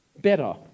Better